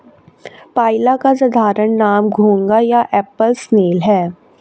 पाइला का साधारण नाम घोंघा या एप्पल स्नेल है